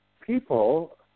people